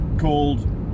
called